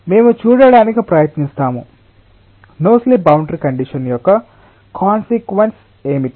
మేము చూడటానికి ప్రయత్నిస్తాము నో స్లిప్ బౌండరీ కండిషన్ యొక్క కాన్సిక్వెన్స్ ఏమిటి